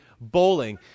bowling